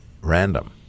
random